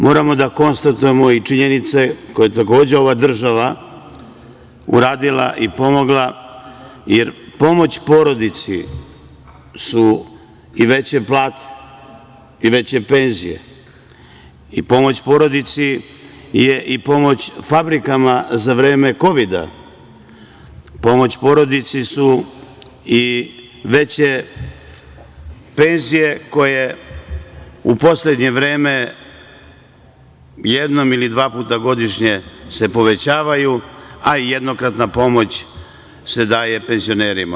Moramo da konstatujemo i činjenice koje je takođe ova država uradila i pomogla, jer pomoć porodici su i veće plate i veće penzije i pomoć porodici je i pomoć fabrikama za vreme kovida, pomoć porodici su i veće penzije koje u poslednje vreme jednom ili dva puta godišnje se povećavaju, a i jednokratna pomoć se daje penzionerima.